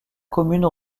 commune